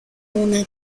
una